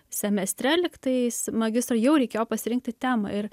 semestre lygtais magistro jau reikėjo pasirinkti temą ir